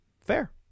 fair